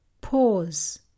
pause